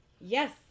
Yes